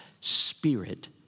Spirit